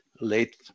late